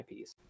IPs